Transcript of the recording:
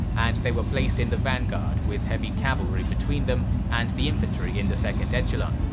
and they were placed in the vanguard with heavy cavalry between them and the infantry in the second echelon.